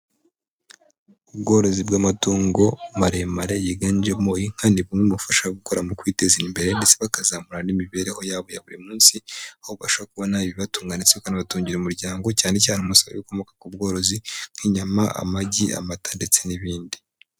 Ubworozi bw'amatungo maremare yiganjemo inka, ni bumwe mubufasha gukora mu kwiteza imbere, ndetse bakazamura n'imibereho yabo ya buri munsi, aho babasha kubona ibibatunga ndetse bikanabatungira umuryango, cyane cyane umusaruro ukomoka ku bworozi. Nk'inyama, amagi, amata ndetse n'ibindi.